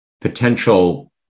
potential